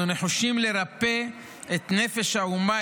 אנחנו נחושים לרפא את נפש האומה,